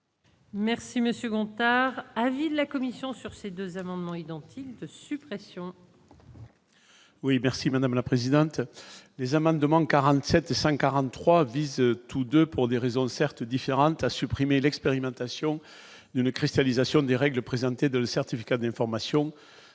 Monsieur Gontard, avis de la Commission sur ces 2 amendements identiques de suppression.